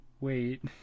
wait